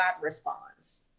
responds